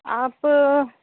आप